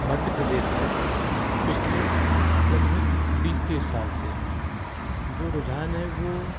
मध्य प्रदेश में पिछले लगभग बीस तीस साल से जो रुझान है वो